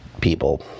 people